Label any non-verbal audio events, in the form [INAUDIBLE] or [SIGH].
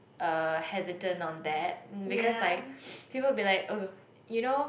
uh hesitant on that mm because like [NOISE] people will be like uh you know